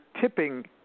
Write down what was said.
tipping